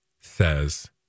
says